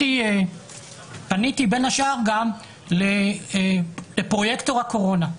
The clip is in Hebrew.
פניתי בין השאר גם לפרויקטור הקורונה,